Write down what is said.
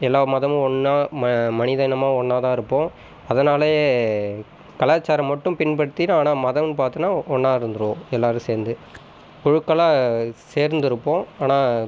எல்லா மதமும் ஒன்றா ம மனிதயினமும் ஒன்றாதான் இருப்போம் அதனாலேயே கலாச்சாரம் மட்டும் பின்பற்றிட்டு ஆனால் மதமென்னு பார்த்தம்ன்னா ஒன்றா இருந்திருவோம் எல்லாேரும் சேர்ந்து குழுக்களாக சேர்ந்திருப்போம் ஆனால்